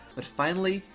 but finally,